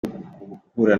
guhura